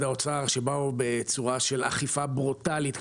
האוצר שבאו בצורה של אכיפה ברוטלית,